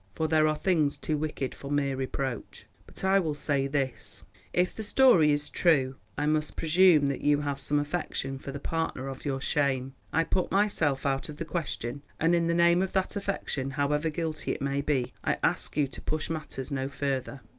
for there are things too wicked for mere reproach. but i will say this if the story is true, i must presume that you have some affection for the partner of your shame. i put myself out of the question, and in the name of that affection, however guilty it may be, i ask you to push matters no further.